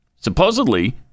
supposedly